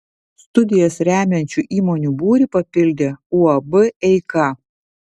studijas remiančių įmonių būrį papildė uab eika